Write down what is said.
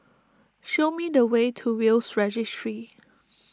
show me the way to Will's Registry